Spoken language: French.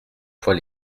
fois